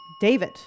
David